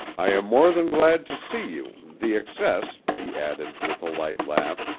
i am more than glad to see you the excess, he added, with a light laugh,